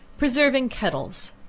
preserving kettles.